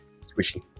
Squishy